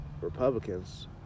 Republicans